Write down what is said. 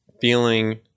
feeling